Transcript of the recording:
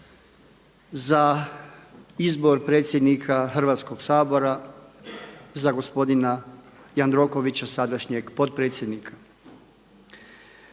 za izbor predsjednika Hrvatskog sabora za gospodina Jandrokovića sadašnjeg potpredsjednika.